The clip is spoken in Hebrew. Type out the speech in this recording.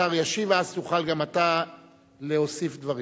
השר ישיב, ואז תוכל גם אתה להוסיף דברים.